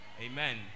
amen